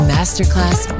Masterclass